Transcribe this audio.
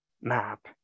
map